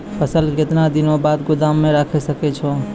फसल केतना दिन गोदाम मे राखै सकै छौ?